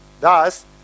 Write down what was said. Thus